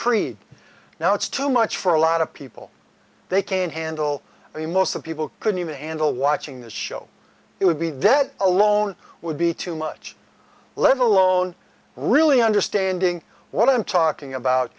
creed now it's too much for a lot of people they can't handle me most of people couldn't even handle watching the show it would be that alone would be too much let alone really understanding what i'm talking about